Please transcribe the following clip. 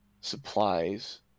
supplies